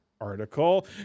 article